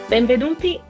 Benvenuti